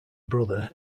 brother